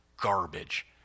garbage